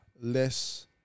less